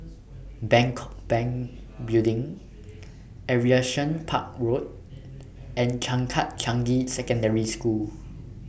Bangkok Bank Building Aviation Park Road and Changkat Changi Secondary School